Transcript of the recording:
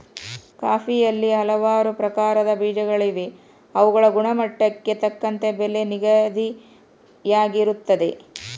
ಕಾಫಿಯಲ್ಲಿ ಹಲವಾರು ಪ್ರಕಾರದ ಬೇಜಗಳಿವೆ ಅವುಗಳ ಗುಣಮಟ್ಟಕ್ಕೆ ತಕ್ಕಂತೆ ಬೆಲೆ ನಿಗದಿಯಾಗಿರುತ್ತದೆ